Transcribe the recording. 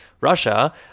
Russia